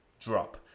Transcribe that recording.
drop